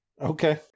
Okay